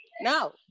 No